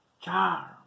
charm